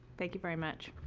thank you very much.